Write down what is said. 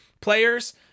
players